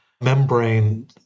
membrane